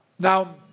Now